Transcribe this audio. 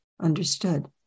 understood